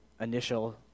initial